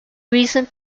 recent